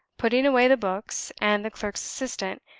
putting away the books, and the clerk's assistant,